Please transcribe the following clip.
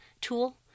tool